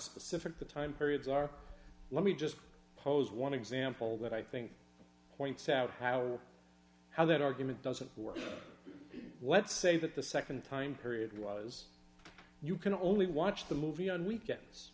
specific the time periods are let me just pose one example that i think points out how how that argument doesn't work let's say that the nd time period was you can only watch the movie on weekends